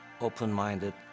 open-minded